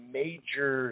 major